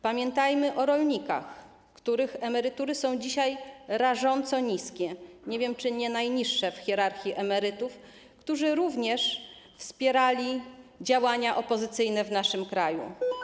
Pamiętajmy o rolnikach, których emerytury są dzisiaj rażąco niskie, nie wiem, czy nie najniższe w hierarchii emerytur, którzy również wspierali działania opozycyjne w naszym kraju.